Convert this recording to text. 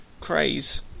craze